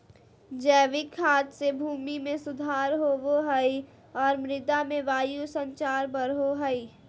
जैविक खाद से भूमि में सुधार होवो हइ और मृदा में वायु संचार बढ़ो हइ